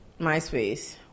MySpace